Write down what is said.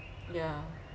yeah